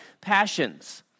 passions